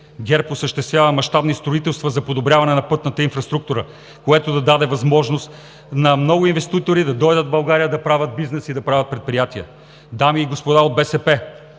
ГЕРБ осъществява мащабни строителства за подобряване на пътната инфраструктура, което даде възможност на много инвеститори да дойдат в България, за да правят бизнес и да правят предприятия. Дами и господа от БСП!